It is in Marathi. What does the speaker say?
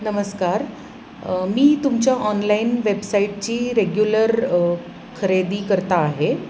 नमस्कार मी तुमच्या ऑनलाईन वेबसाईटची रेग्युलर खरेदीकर्ता आहे